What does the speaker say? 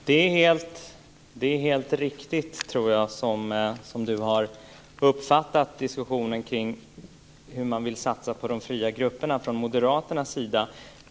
Herr talman! Det är helt riktigt, tror jag, det som Gunilla Tjernberg har uppfattat om hur man vill satsa på de fria grupperna från Moderaternas sida.